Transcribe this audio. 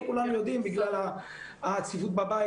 וכולנו יודעים בגלל הצפיפות בבית,